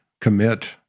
commit